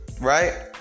right